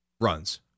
runs